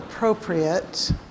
appropriate